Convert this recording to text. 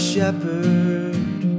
shepherd